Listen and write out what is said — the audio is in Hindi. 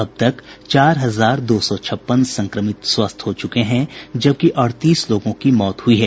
अब तक चार हजार दो सौ छप्पन संक्रमित स्वस्थ हो चुके हैं जबकि अड़तीस लोगों की मौत हुई है